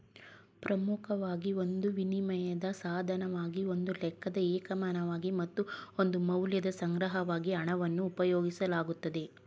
ಪ್ರಮುಖವಾಗಿ ಒಂದು ವಿನಿಮಯದ ಸಾಧನವಾಗಿ ಒಂದು ಲೆಕ್ಕದ ಏಕಮಾನವಾಗಿ ಮತ್ತು ಒಂದು ಮೌಲ್ಯದ ಸಂಗ್ರಹವಾಗಿ ಹಣವನ್ನು ಉಪಯೋಗಿಸಲಾಗುತ್ತೆ